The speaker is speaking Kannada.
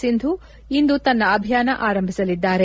ಸಿಂಧು ಇಂದು ತನ್ನ ಅಭಿಯಾನ ಆರಂಭಿಸಲಿದ್ದಾರೆ